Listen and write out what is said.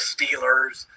Steelers